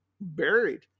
buried